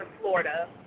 Florida